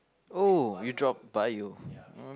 oh you dropped Bio